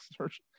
search